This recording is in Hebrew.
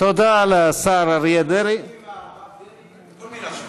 פעם ראשונה שאני מסכים לכל מילה שלך.